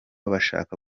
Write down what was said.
bashaka